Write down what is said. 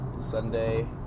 Sunday